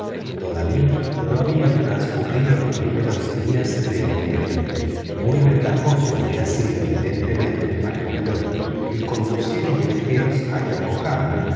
y todavía no habían transcurrido los primeros días de noviembre muy ventajoso hubiera sido evidentemente para el piloto el conducir a los viajeros